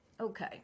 Okay